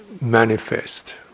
manifest